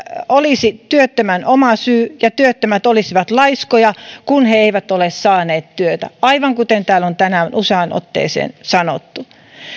olisi työttömän oma syy ja työttömät olisivat laiskoja kun he eivät ole saaneet työtä aivan kuten täällä on tänään useaan otteeseen sanottu